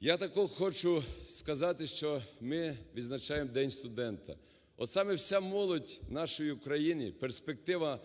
Я також хочу сказати, що ми відзначаємо День студента. От саме вся молодь нашої України, перспектива